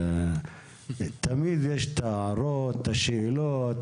תמיד יש הערות ושאלות,